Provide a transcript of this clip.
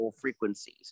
frequencies